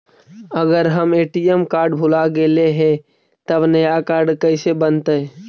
अगर हमर ATM card भुला गैलै हे तब नया काड कइसे बनतै?